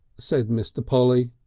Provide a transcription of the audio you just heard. said mr. polly.